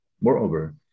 Moreover